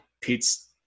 Pete's